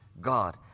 God